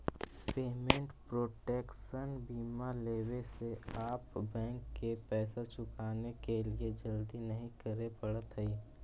payment protection बीमा लेवे से आप बैंक के पैसा चुकाने के लिए जल्दी नहीं करे पड़त हई